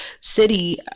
City